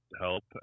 help